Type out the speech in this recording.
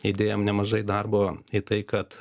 įdėjom nemažai darbo į tai kad